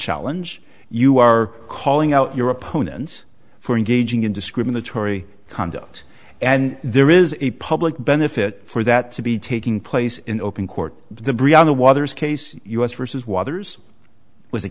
challenge you are calling out your opponents for engaging in discriminatory conduct and there is a public benefit for that to be taking place in open court the brianna waters case u s versus waters w